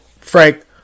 Frank